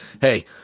hey